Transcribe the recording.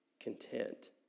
content